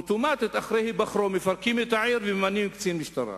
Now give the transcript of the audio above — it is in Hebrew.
אוטומטית אחרי היבחרו מפרקים את העיר וממנים קצין משטרה